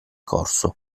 corso